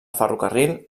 ferrocarril